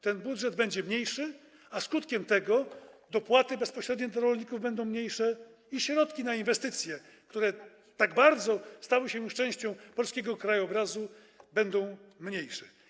Ten budżet będzie mniejszy, a skutkiem tego dopłaty bezpośrednie dla rolników będą mniejsze i środki na inwestycje, które tak bardzo stały się częścią polskiego krajobrazu, będą mniejsze.